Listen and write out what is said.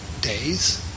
days